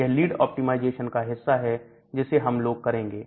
यह lead optimisation का हिस्सा है जिसे हम लोग करेंगे